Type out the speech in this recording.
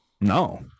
No